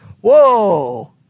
Whoa